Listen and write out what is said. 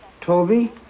Toby